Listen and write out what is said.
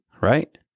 right